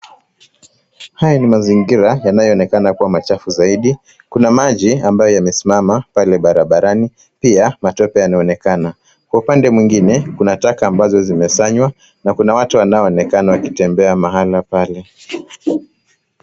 Haya ni mazingira yanayoonekana kuwa macahafu zaidi, kuna maji ambayo yamesimama pale barabarani pia matope yanaonekana, kwa upande mwingine kuna taka ambazo zimesanywa na kuna watu wanaoonekana wakitembea mahala pale.